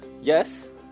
Yes